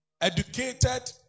Educated